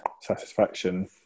satisfaction